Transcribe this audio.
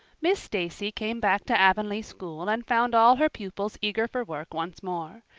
miss stacy came back to avonlea school and found all her pupils eager for work once more.